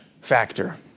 factor